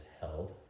held